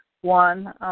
one